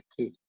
Okay